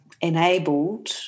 enabled